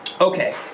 Okay